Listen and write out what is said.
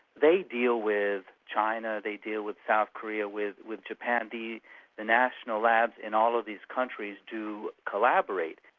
they deal with china, they deal with south korea, with with japan, the national labs in all of these countries do collaborate.